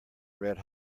red